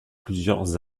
plusieurs